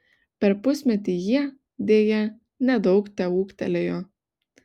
per pusmetį jie deja nedaug teūgtelėjo